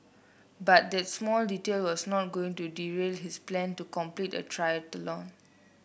but that small detail was not going to derail his plan to complete a triathlon